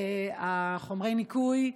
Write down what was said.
חומרי הניקוי?